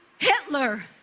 hitler